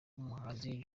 umuhanzi